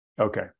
Okay